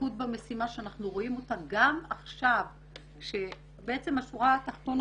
הדבקות במשימה שאנחנו רואים גם עכשיו שבעצם בשורה התחתונה